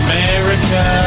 America